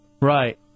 Right